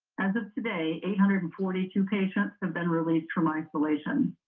as of today, eight hundred and forty two patients have been released from isolation.